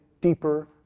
deeper